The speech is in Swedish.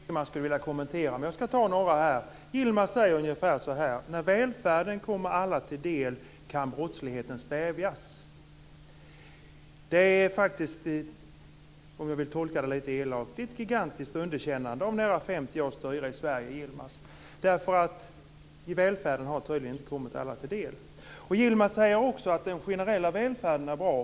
Fru talman! Det finns mycket jag skulle vilja kommentera, men jag ska ta några saker här. Yilmaz Kerimo säger att när välfärden kommer alla till del kan brottsligheten stävjas. Om jag tolkar det lite elakt är det ett gigantiskt underkännande av nära 50 års styre i Sverige. Välfärden har tydligen inte kommit alla till del. Yilmaz Kerimo säger också att den generella välfärden är bra.